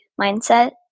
mindset